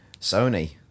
Sony